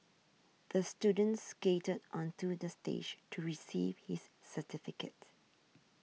the student skated onto the stage to receive his certificate